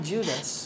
Judas